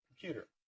computer